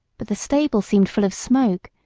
but the stable seemed full of smoke,